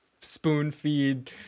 spoon-feed